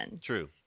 True